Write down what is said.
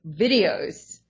videos